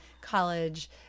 college